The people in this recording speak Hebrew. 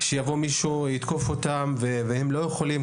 שמישהו יבוא לתקוף אותם, והם לא יכולים